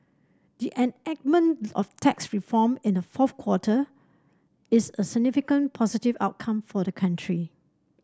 the enactment of tax reform in the fourth quarter is a significant positive outcome for the country